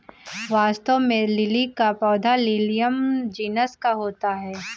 वास्तव में लिली का पौधा लिलियम जिनस का होता है